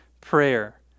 prayer